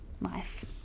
life